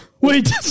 wait